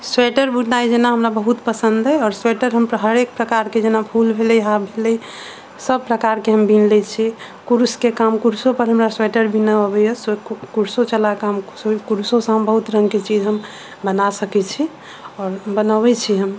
sweater बुननाइ जेना हमरा बहुत पसन्द अछि आओर स्वेटर हम हरेक प्रकारके जेना फूल भेलै हाफ भेलै सब प्रकारके हम बीन लैत छी कुरूसके काम कुरूसो पर हमरा स्वेटर बीनऽ अबैया कुरूसो चला कऽ हम कुरूसोसँ हम बहुत रङ्गके चीज हम बना सकैत छी आओर बनऽबै छी हम